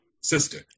sister